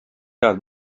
head